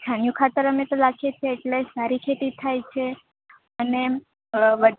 છાણિયું ખાતર અમે તો નાખીએ છે એટલે સારી ખેતી થાય છે અને વર